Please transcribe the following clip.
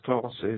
classes